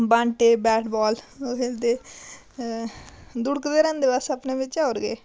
बांह्टे bat ball ओह् खेलदे दुड़कदे रैंह्दे बस अपने बिच्च होर केह्